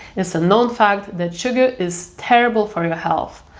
it's a known fact that sugar is terrible for your health.